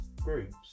groups